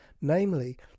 namely